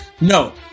No